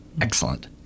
Excellent